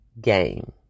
game